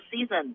season